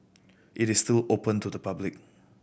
it is still open to the public